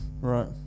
Right